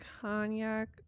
cognac